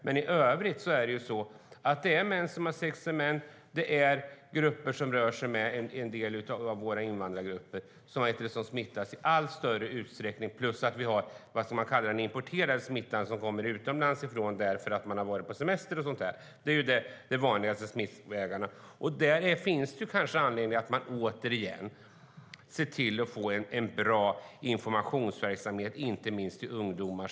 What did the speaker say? I övrigt är det män som har sex med män och en del av våra invandrargrupper som smittas i allt större utsträckning, plus att vi har vad som kallas den importerade smittan utomlands ifrån därför att man har varit på semester. Det är de vanligaste smittvägarna. Det finns kanske anledning att återigen se till att få en bra informationsverksamhet, inte minst riktad till ungdomar.